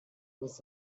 miss